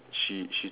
she she